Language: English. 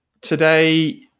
today